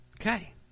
Okay